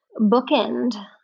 bookend